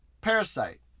Parasite